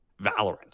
valorant